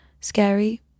scary